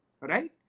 Right